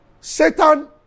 Satan